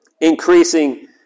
increasing